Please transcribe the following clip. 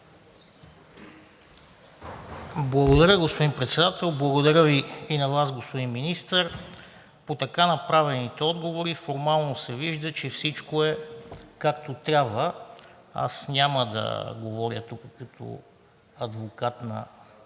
Благодаря, господин Председател. Благодаря и на Вас, господин Министър. По така направените отговори формално се вижда, че всичко е както трябва. Аз няма да говоря тук като адвокат на